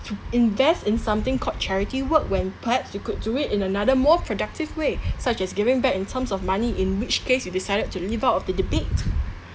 to invest in something called charity work when perhaps you could do it in another more productive way such as giving back in terms of money in which case you decided to leave out of the debate